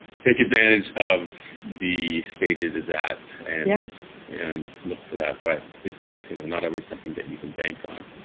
take advantage of the stage it is at and yes and look for that, but it's you know not always something that you can bank on.